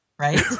Right